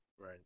Right